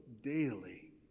daily